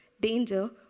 danger